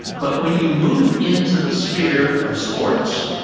but when you move into the sphere of sports,